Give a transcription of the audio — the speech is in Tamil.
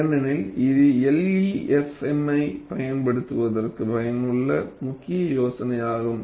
ஏனெனில் இது LEFM ஐப் பயன்படுத்துவதற்கு பயனுள்ள முக்கிய யோசனையாகும்